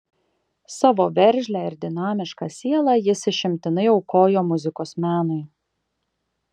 savo veržlią ir dinamišką sielą jis išimtinai aukojo muzikos menui